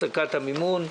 הפסקת המימון.